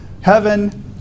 heaven